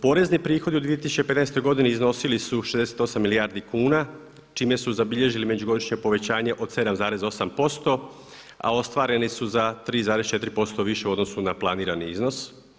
Porezni prihodi u 2015. godini iznosili su 68 milijardi kuna čime su zabilježili međugodišnje povećanje od 7,8% a ostvareni su za 3,4% više u odnosu na planirani iznos.